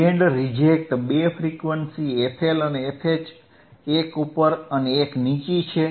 band reject બે frequency FL અને FH એક ઉપર અને એક નીચી છે